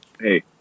hey